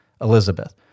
Elizabeth